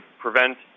prevent